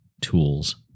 Tools